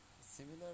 similar